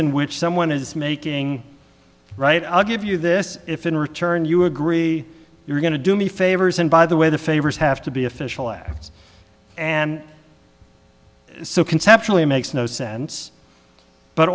in which someone is making right i'll give you this if in return you agree you're going to do me favors and by the way the favors have to be official acts and so conceptually it makes no sense but